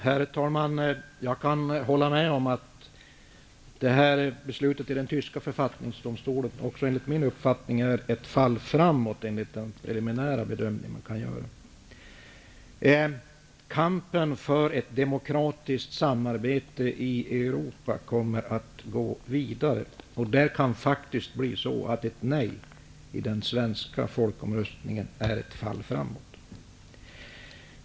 Herr talman! Också jag håller med om att beslutet i den tyska Författningsdomstolen är ett fall framåt, enligt den preliminära bedömning som man kan göra. Kampen för ett demokratiskt samarbete i Europa kommer att gå vidare. Ett nej vid den svenska folkomröstningen kan i det sammanhaget bli ett fall framåt.